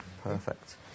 Perfect